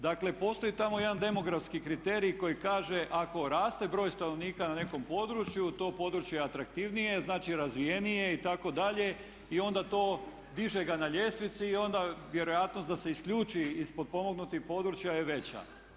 Dakle postoji tamo jedan demografski kriterij koji kaže ako raste broj stanovnika na nekom području, to područje je atraktivnije, znači razvijenije itd. i onda to diže ga na ljestvici i onda vjerojatnost da se isključi iz potpomognutih područja je veća.